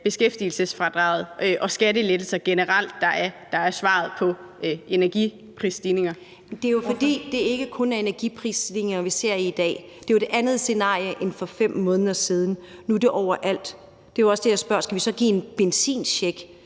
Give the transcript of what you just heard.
beskæftigelsesfradraget og skattelettelser generelt, der er svaret på energiprisstigningerne. Kl. 14:28 Katarina Ammitzbøll (KF): Men det er jo, fordi det ikke kun er energiprisstigninger, vi ser i dag. Det er jo et andet scenarie end for 5 måneder siden, nu er det overalt. Det er jo også derfor, jeg spørger: Skal vi så give en benzincheck